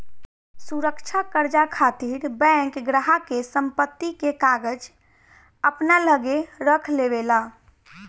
सुरक्षा कर्जा खातिर बैंक ग्राहक के संपत्ति के कागज अपना लगे रख लेवे ला